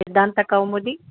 सिद्धान्तकौमुदी